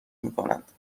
میکنند